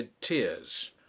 tears